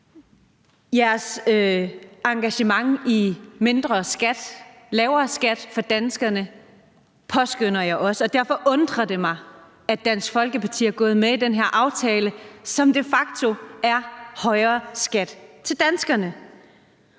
Jeres engagement i lavere skat for danskerne påskønner jeg også, og derfor undrer det mig, at Dansk Folkeparti er gået med i den her aftale, som de facto er højere skat til danskerne.